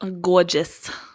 Gorgeous